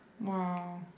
Wow